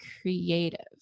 creative